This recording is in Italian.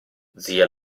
zia